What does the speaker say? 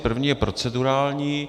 První je procedurální.